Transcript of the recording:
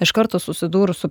iš karto susidūrus su